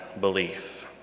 belief